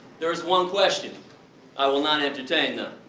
there is one question i will not entertain, though